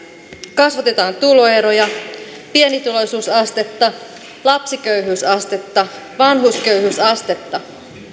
kasvatetaan tuloeroja pienituloisuusastetta lapsiköyhyysastetta vanhusköyhyysastetta